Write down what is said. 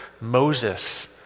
Moses